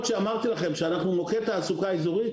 שאמרתי לכם שאנחנו מוקד תעסוקה אזורי,